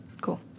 Cool